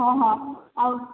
ହଁ ହଁ ଆଉ